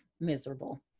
miserable